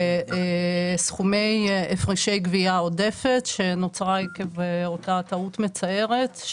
בסכומי הפרשי גבייה עודפת שנוצרה עקב אותה טעות מצערת,